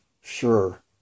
sure